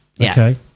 Okay